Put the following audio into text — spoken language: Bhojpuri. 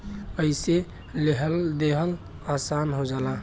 अइसे लेहल देहल आसन हो जाला